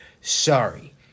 Sorry